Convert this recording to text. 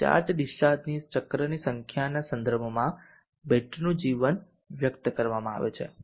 charge discharge ચક્રની સંખ્યાના સંદર્ભમાં બેટરીનું જીવન વ્યક્ત કરવામાં આવે છે